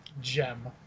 Gem